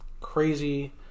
crazy